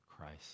Christ